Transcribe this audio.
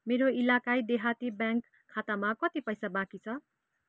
मेरो इलाकाई देहाती ब्याङ्क खातामा कति पैसा बाँकी छ